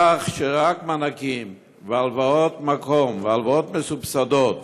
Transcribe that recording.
כך שרק מענקים והלוואות מקום והלוואות מסובסדות,